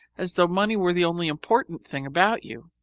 as though money were the only important thing about you.